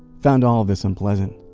found all of this unpleasant.